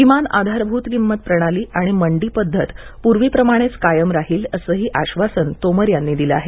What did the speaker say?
किमान आधारभूत किंमत प्रणाली आणि मंडी पदधत पूर्वीप्रमाणेच कायम राहील असंही आश्वासन तोमर यांनी दिलं आहे